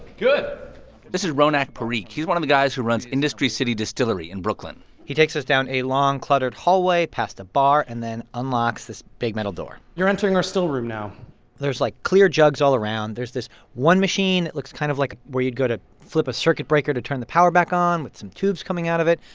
good this is ronak parikh. he's one of the guys who runs industry city distillery in brooklyn he takes us down a long, cluttered hallway past a bar and then unlocks this big, metal door you're entering our still room now there's, like, clear jugs all around. there's this one machine that looks kind of like where you'd go to flip a circuit breaker to turn the power back on with some tubes coming out of it.